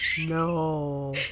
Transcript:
No